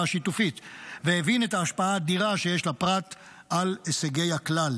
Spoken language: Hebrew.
השיתופית והבין את ההשפעה האדירה שיש לפרט על הישגי הכלל,